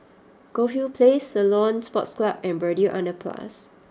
Goldhill Place Ceylon Sports Club and Braddell Underpass